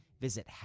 Visit